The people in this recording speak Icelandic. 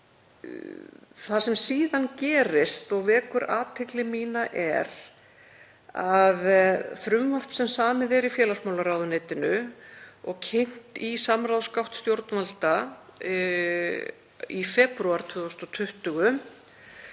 Það sem síðan gerist og vekur athygli mína er að frumvarp sem samið er í félagsmálaráðuneytinu, og kynnt í samráðsgátt stjórnvalda í febrúar 2020,